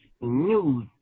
news